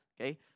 okay